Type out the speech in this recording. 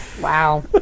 Wow